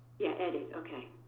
yeah, edit. ok.